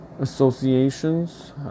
associations